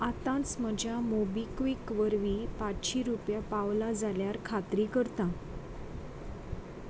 आतांच म्हज्या मोबिक्विक वरवीं पांचशी रुपया पावलां जाल्यार खात्री करता